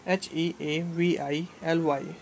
heavily